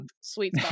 sweet